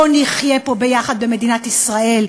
בואו נחיה יחד ובשוויון פה במדינת ישראל.